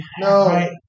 No